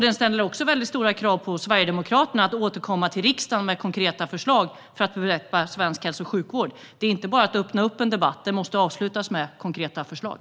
Den ställer också stora krav på Sverigedemokraterna att återkomma till riksdagen med konkreta förslag för att förbättra svensk sjukvård. Det är inte bara att öppna en debatt; den måste avslutas med konkreta förslag.